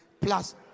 plus